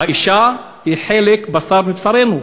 האישה היא חלק, בשר מבשרנו.